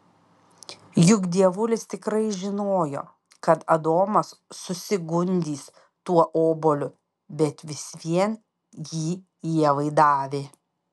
juk dievulis tikrai žinojo kad adomas susigundys tuo obuoliu bet vis vien jį ievai davė